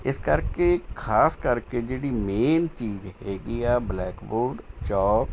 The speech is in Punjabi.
ਇਸ ਕਰਕੇ ਖ਼ਾਸ ਕਰਕੇ ਜਿਹੜੀ ਮੇਨ ਚੀਜ਼ ਹੈਗੀ ਆ ਬਲੈਕਬੋਰਡ ਚੌਕ